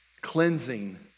cleansing